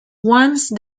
once